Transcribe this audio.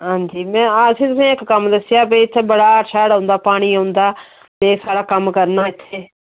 हां जी में असें तुसेंगी इक कम्म दस्सेआ भई इत्थें बड़ा हाड़ शाड़ पानी औंदा ते साढ़ा कम्म करना इत्थें